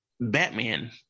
Batman